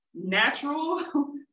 natural